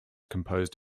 composed